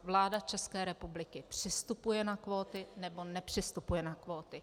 Vláda České republiky přistupuje na kvóty, nebo nepřistupuje na kvóty.